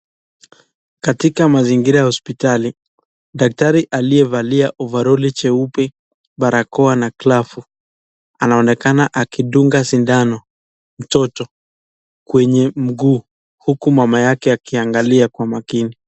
Katika mazingira ya hospitali, daktari aliyevalia ovaroli cheupe, barakoa na glavu anaonekana akidunga sindano mtoto kwenye mguu huku mama yake akiangalia kwa makini.